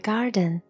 Garden